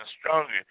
stronger